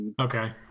okay